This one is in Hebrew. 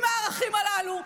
עם המהלכים הללו,